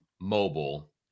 mobile